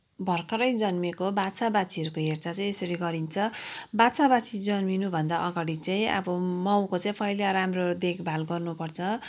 भर्खरै जन्मिएको बाछा बाछीहरूको हेरचाह चाहिँ यसरी गरिन्छ बाछा बाछी जन्मिनुभन्दा अगाडि चाहिँ अब माउको चाहिँ पहिला राम्रो देखभाल गर्नुपर्छ